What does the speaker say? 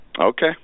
okay